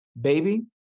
baby